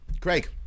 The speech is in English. Craig